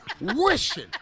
wishing